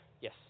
yes